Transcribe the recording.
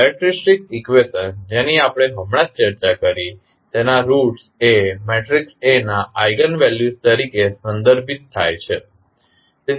તેથી characteristic equation જેની આપણે હમણાં જ ચર્ચા કરી તેનાં રૂટસ એ મેટ્રિક્સ A ના આઇગન વેલ્યુસ તરીકે સંદર્ભિત થાય છે